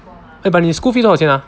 eh 你 school fee 多少钱 ah